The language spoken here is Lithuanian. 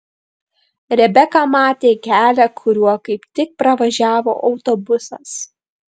rebeka matė kelią kuriuo kaip tik pravažiavo autobusas